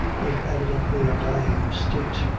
in evidently a dying state,